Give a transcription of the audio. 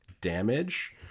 damage